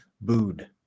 booed